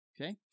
Okay